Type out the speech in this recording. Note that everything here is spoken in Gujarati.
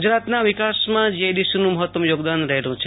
ગુજરાતના વિકાસમાં જીઆઈડીસીનું મહત્તમ યોગદાન રહેલું છે